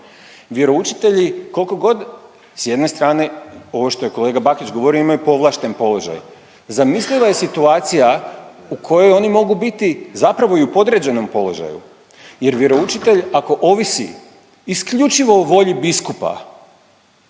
Vjeroučitelji koliko god s jedne strane ovo što je kolega Bakić govorio imaju povlašten položaj. Zamisliva je situacija u kojoj oni mogu biti zapravo i u podređenom položaju jer vjeroučitelj ako ovisi isključivo o volji biskupa